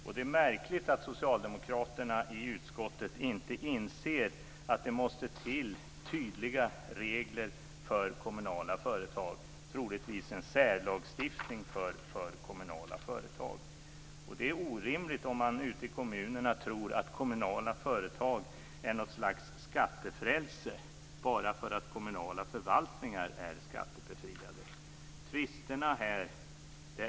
Det är märkligt att socialdemokraterna i utskottet inte inser att det måste till tydliga regler, och troligtvis en särlagstiftning, för kommunala företag. Det är orimligt om man ute i kommunerna tror att kommunala företag är något slags skattefrälse bara för att kommunala förvaltningar är skattebefriade.